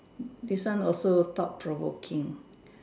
this one also thought provoking